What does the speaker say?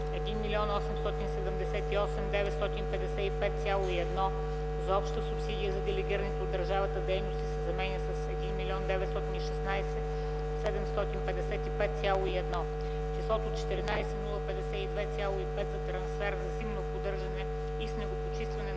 - числото „1 878 955,1” за обща субсидия за делегираните от държавата дейности се заменя с „1 916 755,1”; - числото „14 052,5” за трансфер за зимно поддържане и снегопочистване на